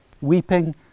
weeping